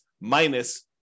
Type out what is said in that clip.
minus